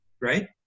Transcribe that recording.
right